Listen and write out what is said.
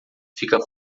fica